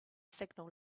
signal